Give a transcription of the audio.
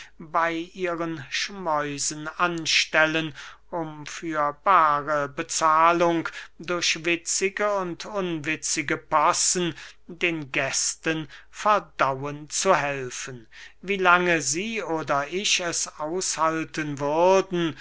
bey ihren schmäusen anstellen um für bare bezahlung durch witzige und unwitzige possen den gästen verdauen zu helfen wie lange sie oder ich es aushalten würden